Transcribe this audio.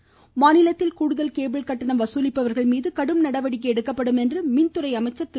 தமிழகத்தில் கூடுதல் கேபிள் கட்டணம் வசூலிப்பவர்கள் மீது கடும் நடவடிக்கை எடுக்கப்படும் என்று மின்துறை அமைச்சர் திரு